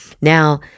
Now